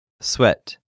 Sweat